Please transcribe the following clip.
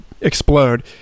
explode